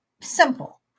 simple